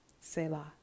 Selah